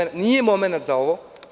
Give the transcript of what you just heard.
Nije momenat za ovo.